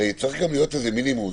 הרי צריך גם להיות איזה מינימום,